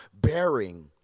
Bearing